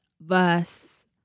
verse